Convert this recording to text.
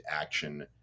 action